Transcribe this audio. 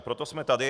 Proto jsme tady.